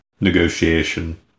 negotiation